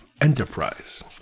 Enterprise